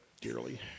dearly